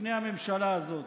בפני הממשלה הזאת.